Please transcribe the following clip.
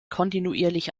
kontinuierlich